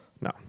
No